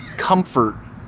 comfort